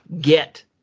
get